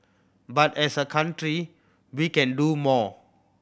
but as a country we can do more